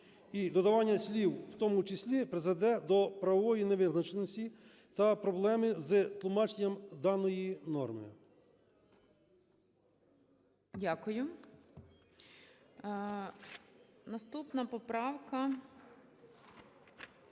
додавання слів "в тому числі" призведе до правової невизначеності та проблеми з тлумаченням даної норми.